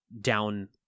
down